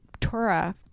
Torah